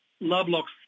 Lovelock's